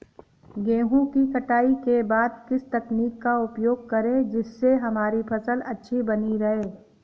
गेहूँ की कटाई के बाद किस तकनीक का उपयोग करें जिससे हमारी फसल अच्छी बनी रहे?